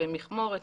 במכמורת,